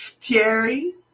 Terry